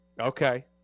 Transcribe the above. Okay